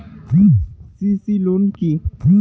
CC loan কি?